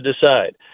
decide